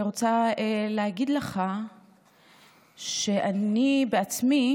אני רוצה להגיד לך שאני בעצמי